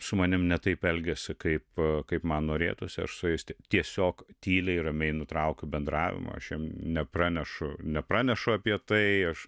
su manim ne taip elgiasi kaip kaip man norėtųsi aš su jais tiesiog tyliai ramiai nutraukiu bendravimą aš jiem nepranešu nepranešu apie tai aš